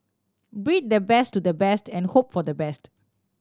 breed the best to the best and hope for the best